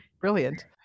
brilliant